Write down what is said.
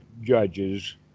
judges